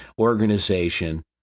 organization